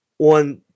One